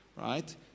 right